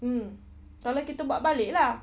mm kalau kita buat balik lah